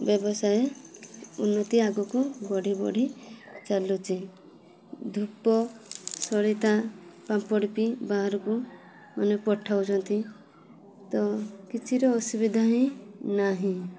ବ୍ୟବସାୟ ଉନ୍ନତି ଆଗକୁ ବଢ଼ି ବଢ଼ି ଚାଲୁଛି ଧୂପ ସଳିତା ପାମ୍ପଡ଼ ବି ବାହାରକୁ ମାନେ ପଠାଉଛନ୍ତି ତ କିଛିର ଅସୁବିଧା ହିଁ ନାହିଁ